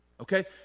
okay